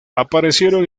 aparecieron